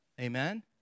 Amen